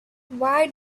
why